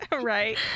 right